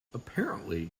apparently